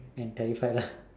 and terrified lah